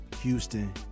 Houston